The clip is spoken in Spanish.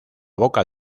boca